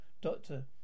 Doctor